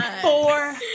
Four